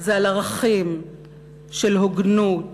זה על ערכים של הוגנות